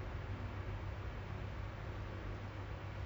my boyfriend's place is just um